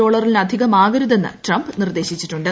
ഡോളറിനധികമാകരുതെന്ന് Trump നിർദ്ദേശിച്ചിട്ടുണ്ട്